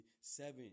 seven